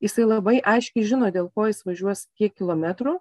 jisai labai aiškiai žino dėl ko jis važiuos tiek kilometrų